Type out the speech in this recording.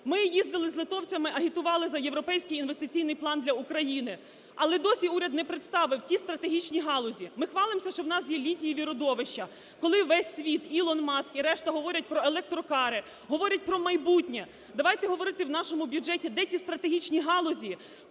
Ми їздили з литовцями, агітували за Європейський інвестиційний план для України. Але досі уряд не представив ті стратегічні галузі. Ми хвалимося, що у нас є літієві родовища. Коли весь світ, Ілон Маск і решта говорять про електрокари, говорять про майбутнє, давайте говорити, в нашому бюджеті де ті стратегічні галузі: